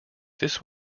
this